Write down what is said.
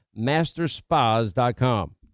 masterspas.com